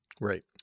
right